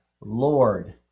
Lord